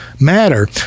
matter